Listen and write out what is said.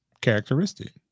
characteristic